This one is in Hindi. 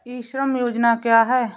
ई श्रम योजना क्या है?